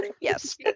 Yes